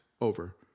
over